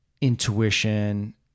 intuition